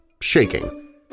shaking